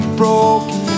broken